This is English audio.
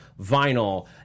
vinyl